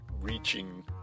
reaching